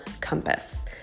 compass